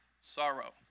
Sorrow